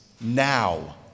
now